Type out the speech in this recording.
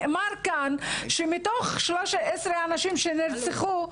נאמר כאן שמתוך 13 הנשים שנרצחו,